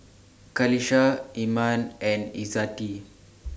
Qalisha Iman and Izzati